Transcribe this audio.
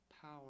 power